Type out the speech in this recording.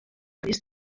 risc